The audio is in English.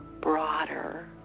broader